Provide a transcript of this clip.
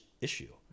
issue